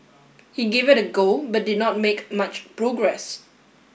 he gave it a go but did not make much progress